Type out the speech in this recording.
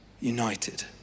united